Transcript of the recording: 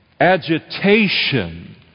Agitation